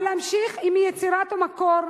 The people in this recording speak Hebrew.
אבל להמשיך עם יצירת המקור,